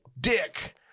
dick